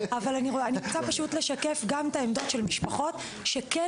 אבל אני רוצה פשוט לשקף גם את העמדות של משפחות שכן